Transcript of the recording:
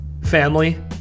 family